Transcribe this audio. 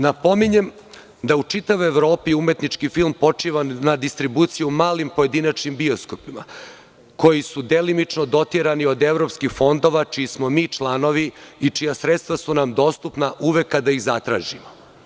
Napominjem da u da u čitavoj Evropi umetnički film počiva na distribuciji u malim, pojedinačnim bioskopima koji su delimično dotirani odevropskih fondova čiji smo mi članovi i čija sredstva su nam dostupna uvek kada ih zatražimo.